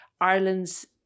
Ireland's